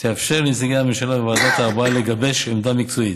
שתאפשר לנציגי הממשלה בוועדת הארבעה לגבש עמדה מקצועית.